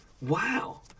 Wow